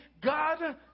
God